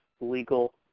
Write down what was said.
legal